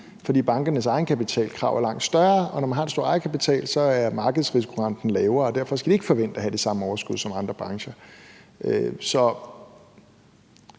for bankernes egenkapitalkrav er langt større, og når man har en stor egenkapital, er markedsrisikorenten lavere, og derfor skal de ikke forvente at have det samme overskud som andre brancher.